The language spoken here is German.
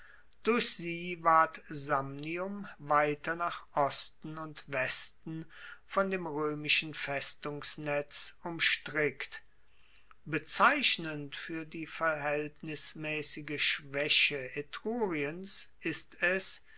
durch sie ward samnium weiter nach osten und westen von dem roemischen festungsnetz umstrickt bezeichnend fuer die verhaeltnismaessige schwaeche etruriens ist es